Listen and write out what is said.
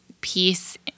peace